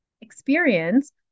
experience